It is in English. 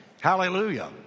Hallelujah